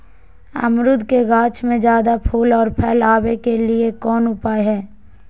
अमरूद के गाछ में ज्यादा फुल और फल आबे के लिए कौन उपाय है?